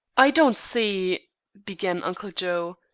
i don't see began uncle joe,